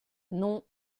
non